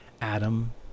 Adam